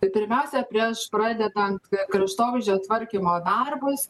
tai pirmiausia prieš pradedant kraštovaizdžio tvarkymo darbus